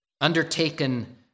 undertaken